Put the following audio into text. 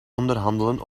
onderhandelen